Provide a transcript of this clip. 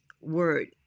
word